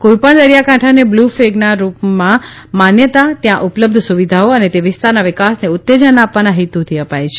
કોઇપણ દરિયાકાંઠાને બ્લુ ફલેગના રૂપમાં માન્યતા ત્યાં ઉપલબ્ધ સુવિધાઓ અને તે વિસ્તારના વિકાસને ઉત્તેજન આપવાના હેતુથી અપાય છે